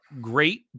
great